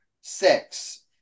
Six